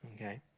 okay